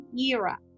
era